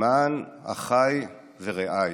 למען אחיי ורעיי.